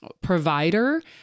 provider